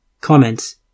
Comments